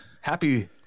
happy